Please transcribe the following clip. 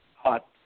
hot